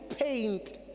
paint